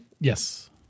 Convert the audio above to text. Yes